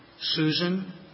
Susan